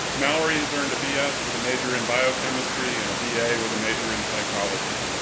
mallory has earned a b s. with a major in biochemistry and a b a. with a major in psychology.